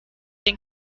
den